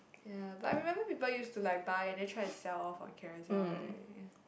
ya but I remember people used to like buy and then try to sell off on Carousell right